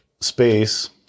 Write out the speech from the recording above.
space